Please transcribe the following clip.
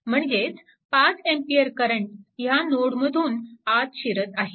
म्हणजेच 5A current ह्या नोडमधून आत शिरत आहे